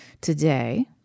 today